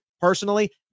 personally